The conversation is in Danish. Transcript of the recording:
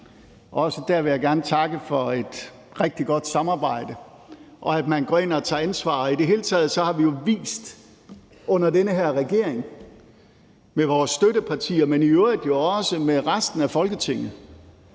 Også der vil jeg gerne takke for et rigtig godt samarbejde og for, at man går ind og tager ansvar, og i det hele taget har vi jo vist under den her regering med vores støttepartier, men jo i øvrigt også med resten af Folketinget,